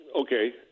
Okay